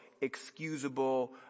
excusable